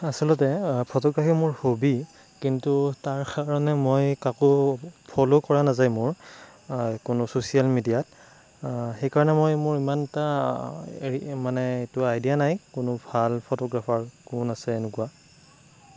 আচলতে ফটোগ্ৰাফি মোৰ হ'বি কিন্তু তাৰ কাৰণে মই কাকো ফল' কৰা নাযায় মোৰ কোনো চছিয়েল মিডিয়াত সেই কাৰণে মই মোৰ ইমান এটা মানে এইটো আইডিয়া নাই কোনো ভাল ফটোগ্ৰাফাৰ কোন আছে এনেকুৱা